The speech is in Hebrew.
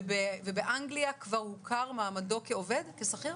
ובאנגליה כבר הוכר מעמדו כעובד שכיר.